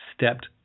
stepped